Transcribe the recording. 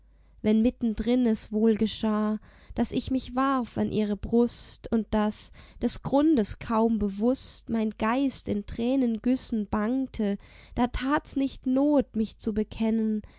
lachen wenn mittendrin es wohl geschah daß ich mich warf an ihre brust und daß des grundes kaum bewußt mein geist in tränengüssen bangte da tat's nicht not mich zu bekennen